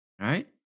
right